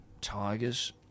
Tigers